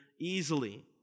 easily